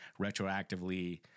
retroactively